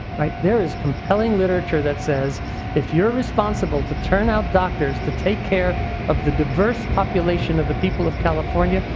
there is compelling literature that says if you're responsible to turn out doctors to take care of the diverse population of the people of california,